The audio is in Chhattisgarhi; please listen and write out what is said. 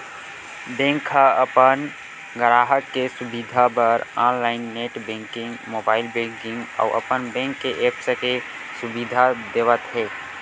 बेंक ह अपन गराहक के सुबिधा बर online net banking, mobile banking अउ अपन बेंक के ऐप्स के सुबिधा देवत हे